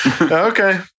Okay